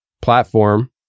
platform